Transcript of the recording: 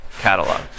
catalog